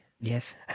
Yes